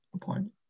point